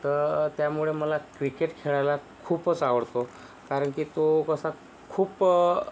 तर त्यामुळे मला क्रिकेट खेळायला खूपच आवडतो कारण की तो कसा खूप